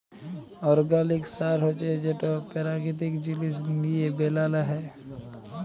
organic সার হছে যেট পেরাকিতিক জিনিস লিঁয়ে বেলাল হ্যয়